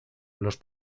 los